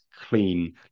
clean